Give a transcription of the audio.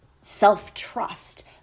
self-trust